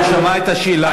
הוא שמע את השאלה.